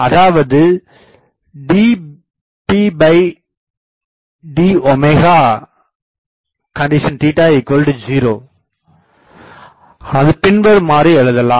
அதாவதுdpd|0 ஆனது பின்வருமாறு எழுதலாம்